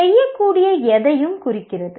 செய்யக்கூடிய எதையும் குறிக்கிறது